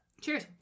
Cheers